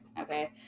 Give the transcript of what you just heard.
okay